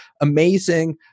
amazing